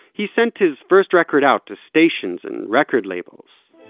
he sent his first record out to stations and record labels